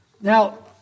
Now